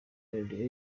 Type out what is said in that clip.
melodie